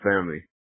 family